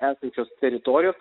esančios teritorijos